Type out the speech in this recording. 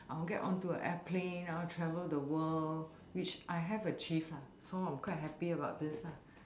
I want to get onto an airplane I want to travel the world which I have achieved lah so I'm quite happy about this ah